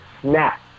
Snap